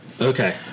Okay